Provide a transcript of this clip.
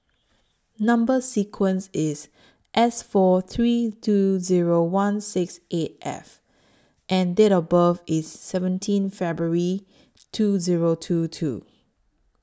Number sequence IS S four three two Zero one six eight F and Date of birth IS seventeen February two Zero two two